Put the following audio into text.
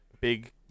big